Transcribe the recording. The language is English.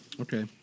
Okay